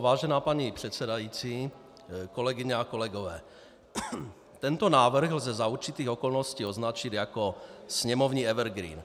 Vážená paní předsedající, kolegyně a kolegové, tento návrh lze za určitých okolností označit jako sněmovní evergreen.